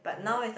yup